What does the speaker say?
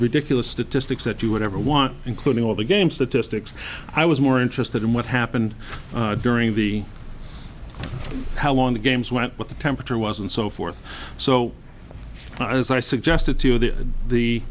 ridiculous statistics that you would ever want including all the games that to sticks i was more interested in what happened during the how long the games went what the temperature was and so forth so as i suggested to th